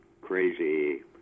crazy